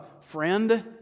friend